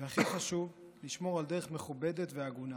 והכי חשוב, לשמור על דרך מכובדת והגונה,